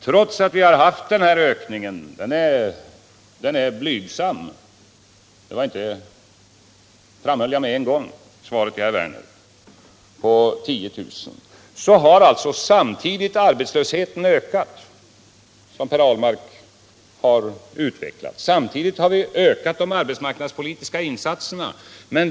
Trots att vi har haft den här ökningen på 10000 det senaste året — den är blygsam, och det framhöll jag med en gång i svaret till herr Werner — har alltså arbetslösheten samtidigt ökat, vilket Per Ahlmark har utvecklat. På samma gång har vi ökat de arbetsmarknadspolitiska insatserna.